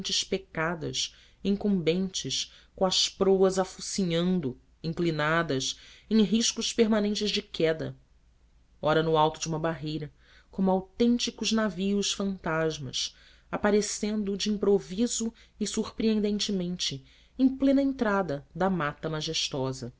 especadas incumbentes com as proas afocinhando inclinadas em riscos permanentes de queda ora no alto de uma barreira como autênticos naviosfantasmas aparecendo de improviso e surpreendedoramente em plena entrada da mata majestosa